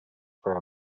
for